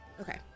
okay